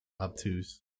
obtuse